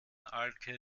alke